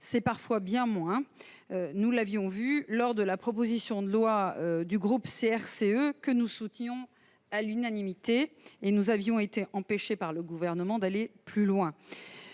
C'est parfois bien moins, nous l'avions vu lors de l'examen de la proposition de loi du groupe CRCE, que nous soutenions à l'unanimité. Nous avions alors été empêchés par le Gouvernement d'aller plus loin.